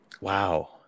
Wow